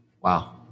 Wow